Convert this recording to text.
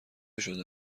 شده